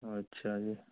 अच्छा जी